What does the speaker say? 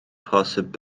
posib